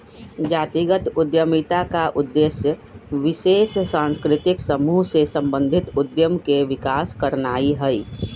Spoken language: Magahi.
जातिगत उद्यमिता का उद्देश्य विशेष सांस्कृतिक समूह से संबंधित उद्यम के विकास करनाई हई